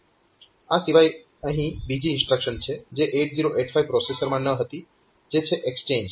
આ સિવાય અહીં બીજી ઇન્સ્ટ્રક્શન છે જે 8085 પ્રોસેસરમાં ન હતી જે છે એક્સચેન્જ